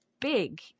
big